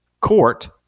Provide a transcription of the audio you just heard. court